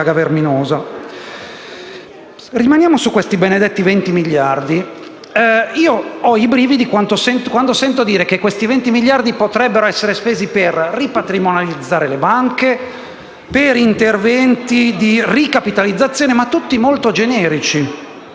Rimaniamo su questi benedetti 20 miliardi di euro. Ho i brividi quando sento dire che questi 20 miliardi potrebbero essere spesi per ripatrimonializzare le banche e per interventi molto generici